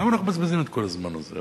למה אנחנו מבזבזים את כל הזמן הזה?